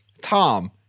Tom